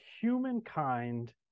humankind